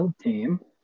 team